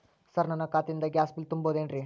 Sir ನನ್ನ ಖಾತೆಯಿಂದ gas bill ತುಂಬಹುದೇನ್ರಿ?